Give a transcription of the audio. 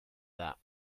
that